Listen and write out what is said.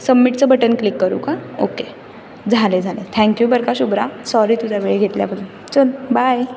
सबमिटचं button click करू का okay झालं आहे झालं आहे थँक यू बरं का शुभ्रा सॉरी तुझा वेळ घेतल्याबद्दल चल बाय